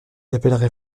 appellerait